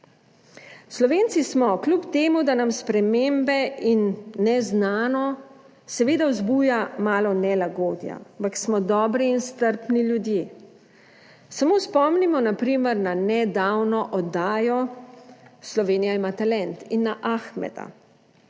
Slovenci smo kljub temu, da nam spremembe in neznano seveda vzbuja malo nelagodja, ampak smo dobri in strpni ljudje. Samo spomnimo na primer na nedavno oddajo "Slovenija ima talent" in na "Ahmeda".